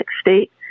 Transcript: state